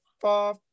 four